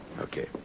Okay